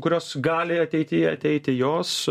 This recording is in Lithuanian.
kurios gali ateityje ateiti jos